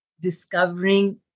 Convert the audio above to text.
discovering